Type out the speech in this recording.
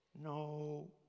No